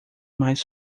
mais